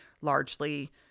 largely